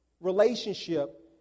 relationship